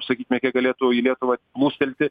sakykime kiek galėtų į lietuvą plūstelti